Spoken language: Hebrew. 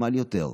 בחשמל יותר,